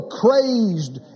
crazed